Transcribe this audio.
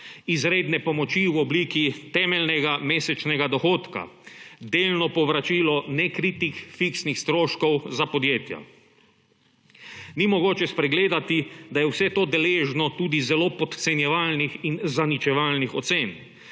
izredne pomoči v obliki temeljnega mesečnega dohodka; delno povračilo nekritih fiksnih stroškov za podjetja. Ni mogoče spregledati, da je vse to deležno tudi zelo podcenjevalnih in zaničevalnih ocen.